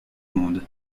monde